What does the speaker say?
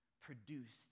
produced